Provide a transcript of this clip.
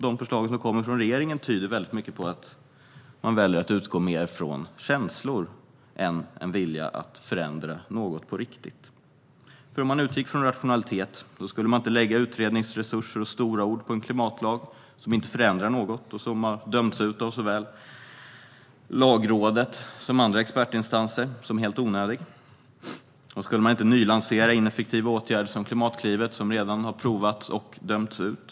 De förslag som kommer från regeringen tyder på att man väljer att utgå mer från känslor än från en vilja att förändra något på riktigt. Om man utgick från rationalitet skulle man inte lägga utredningsresurser och stora ord på en klimatlag som inte förändrar något och som av såväl Lagrådet som andra expertinstanser har dömts ut som helt onödig. Då skulle man inte nylansera ineffektiva åtgärder som Klimatklivet, som redan har provats och dömts ut.